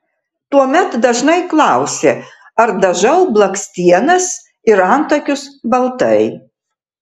tuomet dažnai klausia ar dažau blakstienas ir antakius baltai